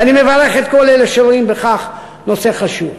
ואני מברך את כל אלה שרואים בכך נושא חשוב.